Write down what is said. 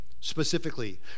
specifically